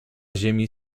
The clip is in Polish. ziemi